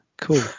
Cool